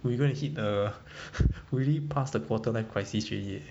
we're gonna hit the way past the quarter life crisis already eh